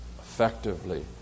effectively